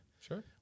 sure